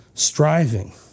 striving